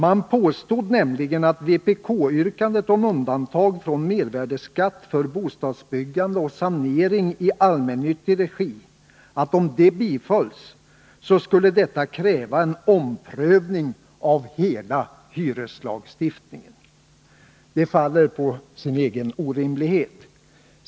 Man påstod nämligen att om vpk-yrkandet om undantag från mervärdeskatt för bostadsbyggande och sanering i allmännyttig regi bifölls skulle detta kräva en omprövning av hela hyreslagstiftningen. Det faller på sin egen orimlighet.